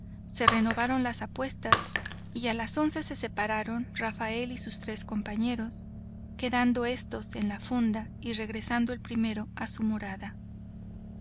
se renovaron las apuestas y a las once se separaron rafael y sus tres compañeros quedando estos en la fonda y regresando el primero a su morada